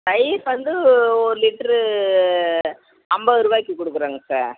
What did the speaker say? தயிர் வந்து ஒரு லிட்ரு ஐம்பது ரூபாய்க்கு கொடுக்குறோங்க சார்